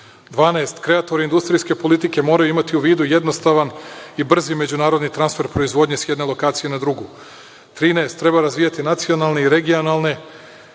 – kreatori industrijske politike moraju imati u vidu jednostavan i brzi međunarodni transfer u proizvodnji s jedne lokacije na drugu. Trinaest – treba razvijati nacionalne, regionalne